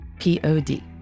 P-O-D